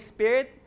Spirit